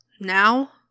Now